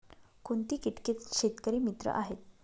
कोणती किटके शेतकरी मित्र आहेत?